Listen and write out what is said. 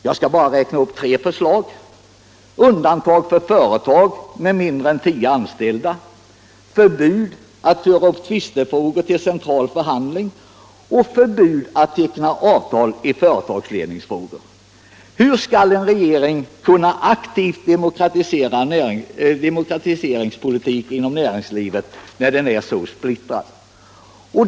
Jag skall bara nämna tre förslag: Allmänpolitisk debatt Allmänpolitisk debatt undantag för företag med mindre än tio anställda, förbud att föra upp tvistefrågor till central förhandling och förbud att teckha avtal i företagsledningsfrågor. Hur skall en regering kunna föra en aktiv demokratiseringspolitik när den är så splittrad?